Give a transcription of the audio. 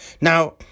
Now